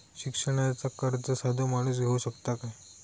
शिक्षणाचा कर्ज साधो माणूस घेऊ शकता काय?